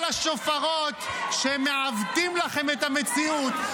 כל השופרות שמעוותים לכם את המציאות.